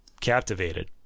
captivated